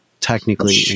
technically